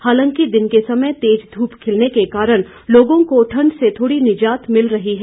हालांकि दिन के समय तेज धूप खिलने के कारण लोगों को ठंड से थोड़ी निजात मिल रही है